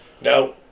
Now